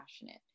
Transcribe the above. passionate